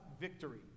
victory